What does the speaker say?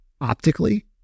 optically